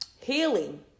healing